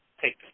Take